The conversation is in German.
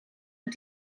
und